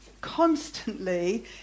constantly